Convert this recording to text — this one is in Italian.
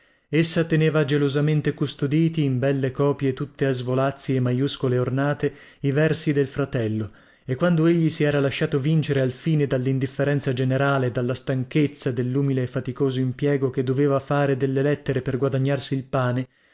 essa teneva gelosamente custoditi in belle copie tutte a svolazzi e maiuscole ornate i versi del fratello e quando egli si era lasciato vincere alfine dallindifferenza generale dalla stanchezza dellumile e faticoso impiego che doveva fare delle lettere per guadagnarsi il pane